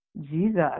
Jesus